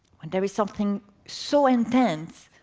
and there is something so intense,